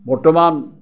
বৰ্তমান